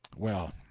well,